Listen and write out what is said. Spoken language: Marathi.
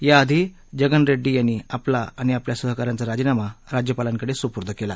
याआधी जगन रेड्डी यांनी आपला आणि आपल्या सहका यांचा राजीनामा राज्यपालांकडे सुपूर्द केला